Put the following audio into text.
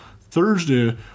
Thursday